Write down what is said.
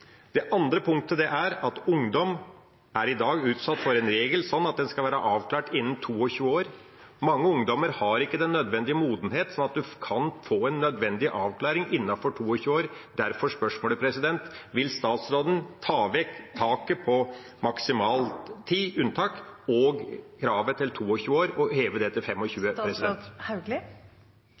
Det andre punktet er at ungdom i dag er utsatt for en regel om at det skal være avklart innen man er 22 år. Mange ungdommer har ikke den nødvendige modenhet til at man kan få en nødvendig avklaring innen man er 22 år. Derfor er spørsmålet: Vil statsråden ta vekk taket på maksimal tid, unntak, og kravet på 22 år og heve det til